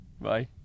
Bye